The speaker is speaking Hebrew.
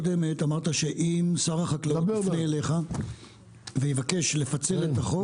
הקודמת אמרת שאם שר החקלאות יפנה אליך ויבקש לפצל את החוק.